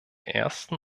ersten